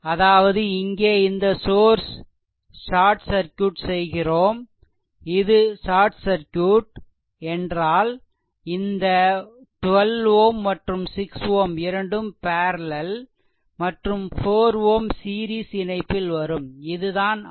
அதாவது இங்கே இந்த சோர்ஸ் ஷார்ட் சர்க்யூட் செய்கிறோம் இது ஷார்ட் சர்க்யூட் என்றால் இந்த 12 Ω மற்றும் 6 Ω இரண்டும் பேரலெல் மற்றும் 4 Ω சீரிஸ் இணைப்பில் வரும் இது தான் RThevenin